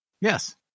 Yes